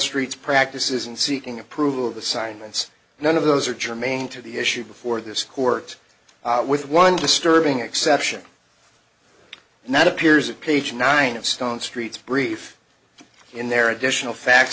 streets practices and seeking approval of the silence none of those are germane to the issue before this court with one disturbing exception and that appears at page nine of stone streets brief in their additional facts